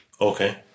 Okay